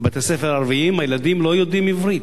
בבתי-ספר ערביים, הילדים לא יודעים עברית.